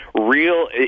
real